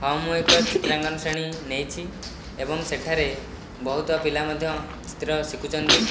ହଁ ମୁଁ ଏକ ଚିତ୍ରାଙ୍କନ ଶ୍ରେଣୀ ନେଇଛି ଏବଂ ସେଠାରେ ବହୁତ ପିଲା ମଧ୍ୟ ଚିତ୍ର ଶିଖୁଛନ୍ତି